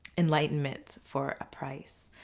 enlightenment, for a price.